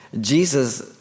Jesus